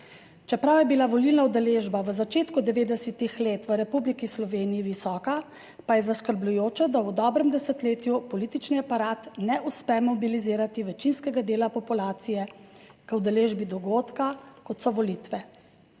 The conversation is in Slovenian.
Čeprav je bila volilna udeležba v začetku 90. let v Republiki Sloveniji visoka pa je zaskrbljujoče, da v dobrem desetletju politični aparat ne uspe mobilizirati večinskega dela populacije k udeležbi dogodka kot so volitve.